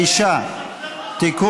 ההצעה הזאת היא פגיעה בביטחון המדינה.